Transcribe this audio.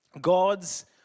God's